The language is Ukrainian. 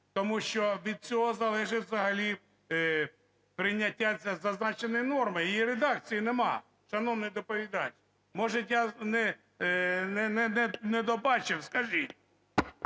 тому що від цього залежить взагалі прийняття цієї зазначеної норми. Її редакції нема, шановний доповідач, може, я не добачив – скажіть.